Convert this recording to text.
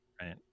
right